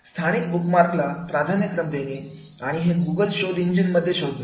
स्थानिक बुकमार्क ला प्राधान्य क्रम देणे आणि हे गुगल शोध इंजिन मध्ये शोधणे